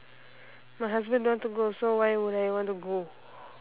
my husband don't want to go so why would I want to go